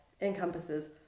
encompasses